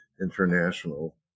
International